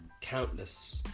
countless